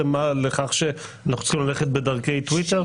לכך שאנחנו צריכים ללכת בדרכי טוויטר?